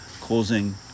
causing